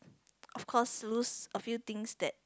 of course lose a few things that